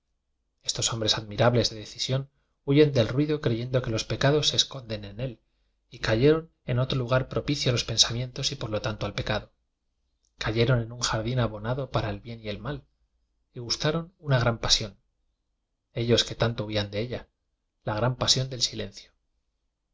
que deseamos estos hombres admirables de decisión hu yen del ruido creyendo que los pecados se esconden en él y cayeron en otro lugar propicio a los pensamientos y por lo tanto al pecado cayeron en un jardín abonado para el bien y el mal y gustaron una gran pasión ellos que tanto huían de ella la gran pasión del silencio